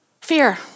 Fear